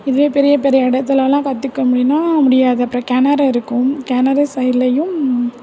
இவ்வளோ பெரிய பெரிய இடத்துலலாம் கற்றுக்கமுடியுன்னா முடியாது அப்புறம் கிணறு இருக்கும் கிணறு சைட்லையும்